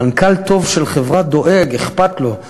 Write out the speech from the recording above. מנכ"ל טוב של חברה דואג, אכפת לו.